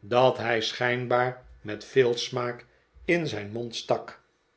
dat hij schijnbaar met veel smaak in zijn mond stak